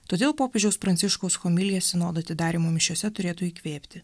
todėl popiežiaus pranciškaus homilija sinodo atidarymo mišiose turėtų įkvėpti